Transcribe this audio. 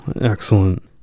Excellent